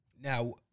Now